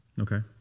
Okay